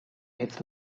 his